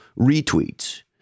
retweets